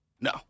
No